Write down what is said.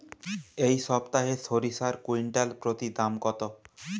এই সপ্তাহে সরিষার কুইন্টাল প্রতি দাম কত?